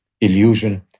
illusion